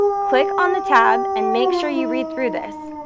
click on the tab and make sure you read through this.